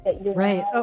Right